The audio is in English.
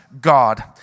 God